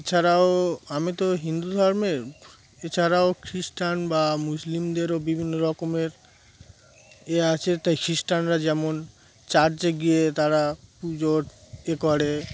এছাড়াও আমি তো হিন্দু ধর্মের এছাড়াও খ্রিস্টান বা মুসলিমদেরও বিভিন্ন রকমের এ আছে তাই খ্রিস্টানরা যেমন চার্চে গিয়ে তারা পুজোর এ করে